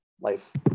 life